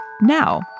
Now